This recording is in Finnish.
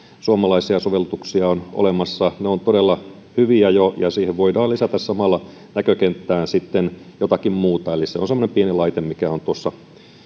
suomalaisia sovellutuksia on olemassa ne ovat todella hyviä jo ja siihen voidaan lisätä samalla näkökenttään sitten jotakin muuta eli se on semmoinen pieni laite mikä on tuossa